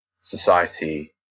society